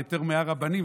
בהיתר מהרבנים,